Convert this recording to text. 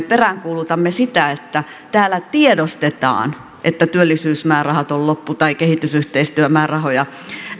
peräänkuulutamme sitä että täällä tiedostetaan että työllisyysmäärärahat ovat loppu tai kehitysyhteistyömäärärahoja